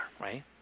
right